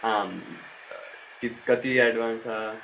आं कति कति अड्वान्स